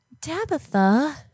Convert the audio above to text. Tabitha